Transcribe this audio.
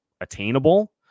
attainable